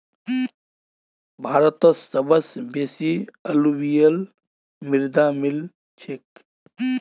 भारतत सबस बेसी अलूवियल मृदा मिल छेक